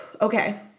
okay